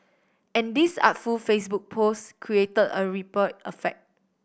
and this artful Facebook post created a ripple effect